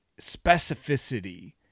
specificity